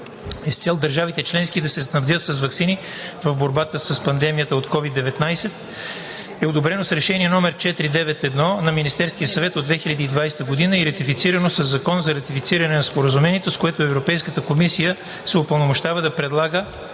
с цел държавите членки да се снабдят с ваксини в борбата с пандемията от COVID-19, е одобрено с Решение № 491 на Министерския съвет от 2020 г. и ратифицирано със Закон за ратифициране на Споразумението, с което Европейската комисия се упълномощава да предлага